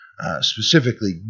Specifically